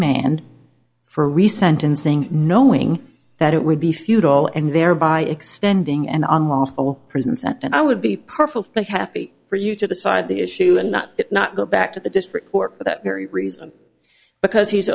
main for re sentencing knowing that it would be futile and thereby extending and on lawful prisons and i would be perfectly happy for you to decide the issue and not not go back to the district court for that very reason because he's